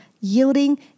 yielding